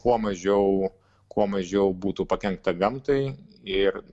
kuo mažiau kuo mažiau būtų pakenkta gamtai ir